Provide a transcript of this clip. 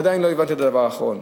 עדיין לא הבנתי את הדבר האחרון: